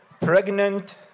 pregnant